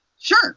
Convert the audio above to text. Sure